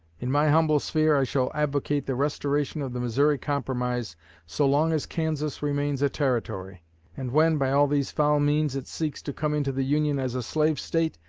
in my humble sphere i shall advocate the restoration of the missouri compromise so long as kansas remains a territory and, when, by all these foul means, it seeks to come into the union as a slave state,